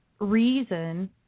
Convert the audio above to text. reason